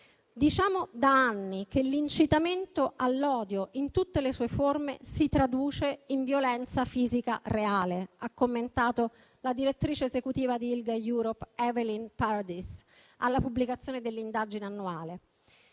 Diciamo da anni che l'incitamento all'odio in tutte le sue forme si traduce in violenza fisica reale, ha commentato la direttrice esecutiva di ILGA Europe Evelyne Paradis, alla pubblicazione dell'indagine annuale.